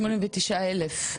89 אלף?